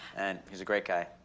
and he's a great guy.